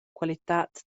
qualitad